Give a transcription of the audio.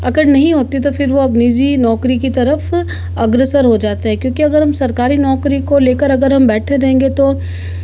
अगर नहीं होती तो फिर निजी नौकरी की तरफ़ अग्रसर हो जाता है क्योंकि अगर हम सरकारी की लेकर अगर हम बैठे रहेंगे तो